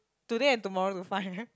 today and tomorrow to find